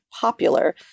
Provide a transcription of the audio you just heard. popular